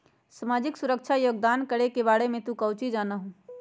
सामाजिक सुरक्षा योगदान करे के बारे में तू काउची जाना हुँ?